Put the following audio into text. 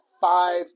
five